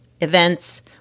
events